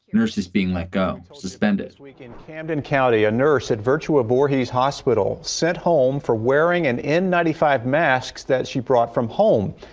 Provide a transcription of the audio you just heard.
nurses being let go to spend this week in camden county, a nurse at virtual vorhees hospital sent home for wearing and n ninety five masks that she brought from home.